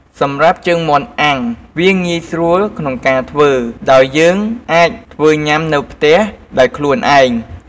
សម្រាប់ជើងមាន់អាំង វាងាយស្រួលក្នុងការធ្វើ ដោយយើងអាចធ្វើញ៉ាំនៅផ្ទះបានដោយខ្លួនឯង។